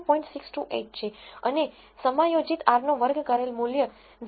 628 છે અને સમાયોજિત r નો વર્ગ કરેલ મૂલ્ય 0